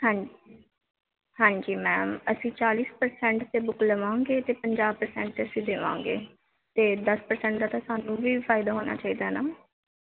ਹਾਂਜੀ ਹਾਂਜੀ ਮੈਮ ਅਸੀਂ ਚਾਲ੍ਹੀ ਪਰਸੈਂਟ 'ਤੇ ਬੁੱਕ ਲਵਾਂਗੇ ਅਤੇ ਪੰਜਾਹ ਪਰਸੈਂਟ 'ਤੇ ਅਸੀਂ ਦੇਵਾਂਗੇ ਅਤੇ ਦਸ ਪਰਸੈਂਟ ਦਾ ਤਾਂ ਸਾਨੂੰ ਵੀ ਫਾਇਦਾ ਹੋਣਾ ਚਾਹੀਦਾ ਨਾ